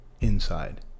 inside